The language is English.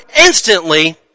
instantly